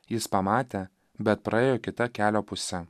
jis pamatė bet praėjo kita kelio puse